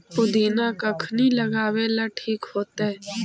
पुदिना कखिनी लगावेला ठिक होतइ?